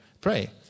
pray